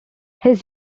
his